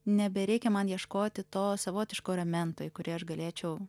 nebereikia man ieškoti to savotiško ramento į kurį aš galėčiau